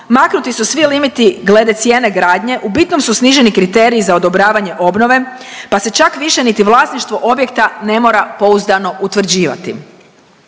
maknuti su svi limiti glede cijene gradnje, u bitnom su sniženi kriteriji za odobravanje obnove, pa se čak više niti vlasništvo objekta ne mora pouzdano utvrđivati.